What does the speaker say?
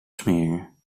smeren